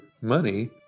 money